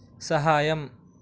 సహాయం